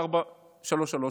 לא רק שיש מדיניות,